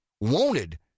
wanted